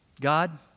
God